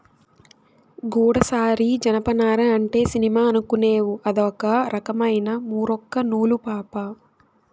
గూడసారి జనపనార అంటే సినిమా అనుకునేవ్ అదొక రకమైన మూరొక్క నూలు పాపా